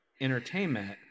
entertainment